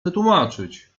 wytłumaczyć